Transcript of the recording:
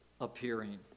appearing